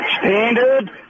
Standard